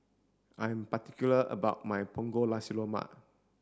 I'm particular about my Punggol Nasi Lemak